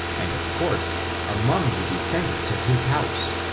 and of course among the descendants of his house,